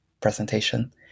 presentation